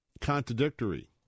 contradictory